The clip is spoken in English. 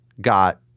got